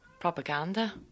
propaganda